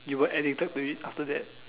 you were addicted to it after that